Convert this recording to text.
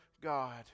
God